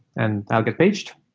and i'll get paged.